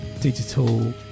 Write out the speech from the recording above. digital